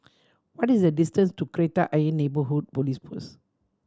what is the distance to Kreta Ayer Neighbourhood Police Post